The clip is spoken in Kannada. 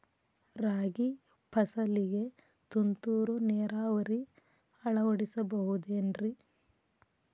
ರಾಗಿ ಫಸಲಿಗೆ ತುಂತುರು ನೇರಾವರಿ ಅಳವಡಿಸಬಹುದೇನ್ರಿ?